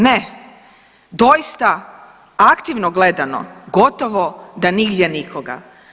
Ne, doista aktivno gledano gotovo da nigdje nikoga.